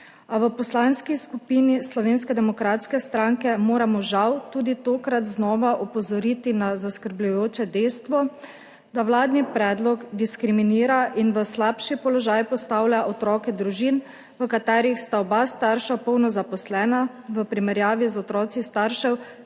A v Poslanski skupini Slovenske demokratske stranke moramo, žal, tudi tokrat znova opozoriti na zaskrbljujoče dejstvo, da vladni predlog diskriminira in v slabši položaj postavlja otroke družin, v katerih sta oba starša polno zaposlena, v primerjavi z otroki staršev,